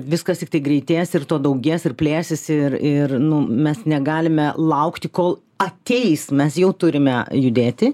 viskas tiktai greitės ir to daugės ir plėsis ir ir nu mes negalime laukti kol ateis mes jau turime judėti